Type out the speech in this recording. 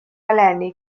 eleni